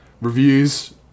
Reviews